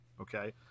Okay